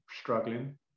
struggling